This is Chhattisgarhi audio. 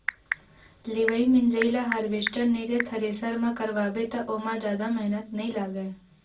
लिवई मिंजई ल हारवेस्टर नइ ते थेरेसर म करवाबे त ओमा जादा मेहनत नइ लागय